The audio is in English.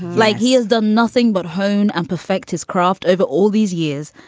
like he has done nothing but hone and perfect his craft over all these years.